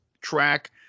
track